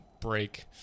break